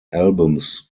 albums